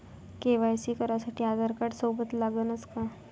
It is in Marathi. के.वाय.सी करासाठी आधारकार्ड सोबत लागनच का?